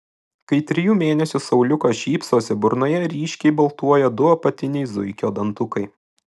kai trijų mėnesių sauliukas šypsosi burnoje ryškiai baltuoja du apatiniai zuikio dantukai